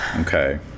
Okay